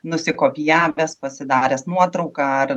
nusikopijavęs pasidaręs nuotrauką ar